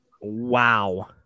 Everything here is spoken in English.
Wow